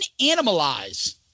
Animalize